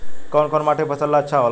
कौन कौनमाटी फसल ला अच्छा होला?